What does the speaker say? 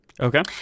Okay